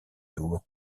tour